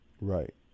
Right